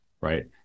right